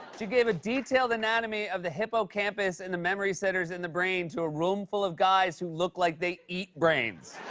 gave a detailed anatomy of the hippocampus and the memory centers in the brain to a roomful of guys who look like they eat brains.